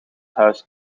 huis